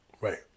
Right